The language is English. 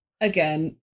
Again